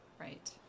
right